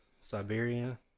Siberia